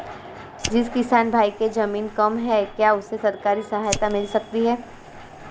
जिस किसान भाई के ज़मीन कम है क्या उसे सरकारी सहायता मिल सकती है?